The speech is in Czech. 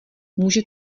může